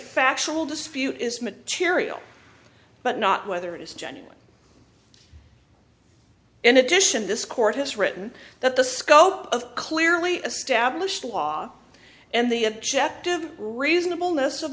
factual dispute is material but not whether it is genuine in addition this court has written that the scope of clearly established law and the objective reasonable most of